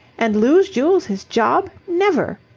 and lose jules his job? never!